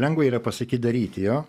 lengva yra pasakyt daryti jo